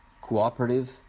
cooperative